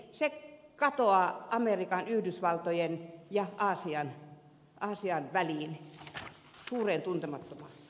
se katoaa amerikan yhdysvaltojen ja aasian väliin suureen tuntemattomaan